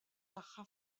tagħha